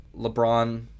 LeBron